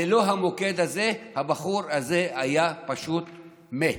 ללא המוקד הזה הבחור הזה היה פשוט מת.